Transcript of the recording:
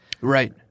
Right